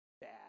bad